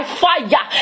fire